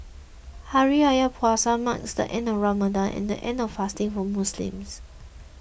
Hari Raya Puasa marks the end of Ramadan and the end of fasting for Muslims